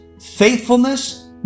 faithfulness